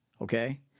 Okay